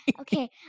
Okay